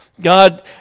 God